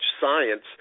science